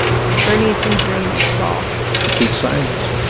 bernie's been hearing most of all complete silence